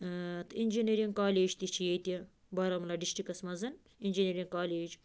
تہٕ engineering college تہِ چھِ ییٚتہِ بارہمولہ ڈِسٹِرٛکَس منٛز اِنجیٖنٔرِنٛگ کالیج